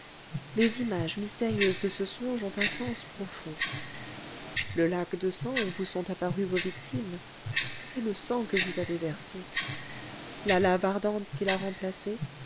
les images mystérieuses de ce songe ont un sens profond le lac de sang où vous sont apparues vos victimes c'est le sang que vous avez versé la lave ardente qui l'a remplacé